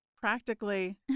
practically